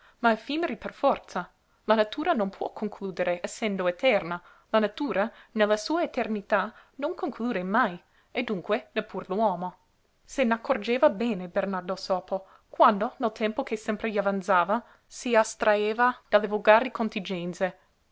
ma effimeri per forza la natura non può concludere essendo eterna la natura nella sua eternità non conclude mai e dunque neppur l'uomo se n'accorgeva bene bernardo sopo quando nel tempo che sempre gli avanzava si astraeva dalle volgari contingenze